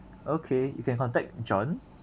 okay you can contact john